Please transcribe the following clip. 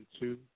two